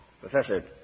Professor